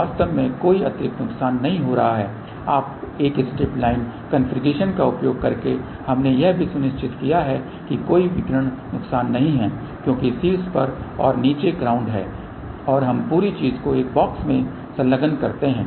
तो वास्तव में कोई अतिरिक्त नुकसान नहीं हो रहा है और एक स्ट्रिप लाइन कॉन्फ़िगरेशन का उपयोग करके हमने यह भी सुनिश्चित किया है कि कोई विकिरण नुकसान नहीं है क्योंकि शीर्ष पर और नीचे ग्राउंड है और हम पूरी चीज़ को एक बॉक्स में संलग्न करते हैं